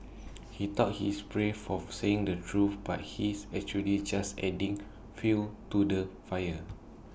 he thought he's brave for saying the truth but he's actually just adding fuel to the fire